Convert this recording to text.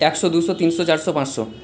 একশো দুশো তিনশো চারশো পাঁচশো